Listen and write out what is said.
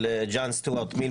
של ג'ון סטיוארט מיל,